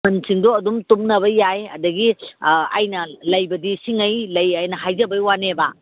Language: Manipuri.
ꯃꯃꯟꯁꯤꯡꯗꯣ ꯑꯗꯨꯝ ꯇꯨꯞꯅꯕ ꯌꯥꯏ ꯑꯗꯒꯤ ꯑꯩꯅ ꯂꯩꯕꯗꯤ ꯁꯤꯉꯩ ꯂꯩꯑꯅ ꯍꯥꯏꯖꯕꯒꯤ ꯋꯥꯅꯦꯕ